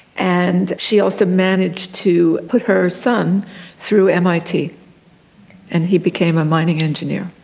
and she also managed to put her son through mit and he became a mining engineer.